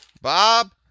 Bob